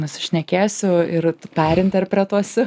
nusišnekėsiu ir perinterpretuosiu